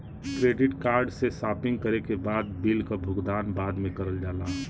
credit card से shopping करे के बाद बिल क भुगतान बाद में करल जाला